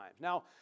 Now